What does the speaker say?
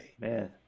Man